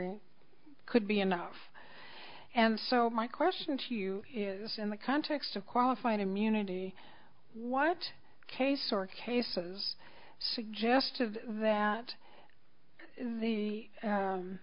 g could be enough and so my question to you is this in the context of qualified immunity what case or cases suggestive that the